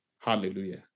Hallelujah